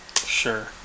sure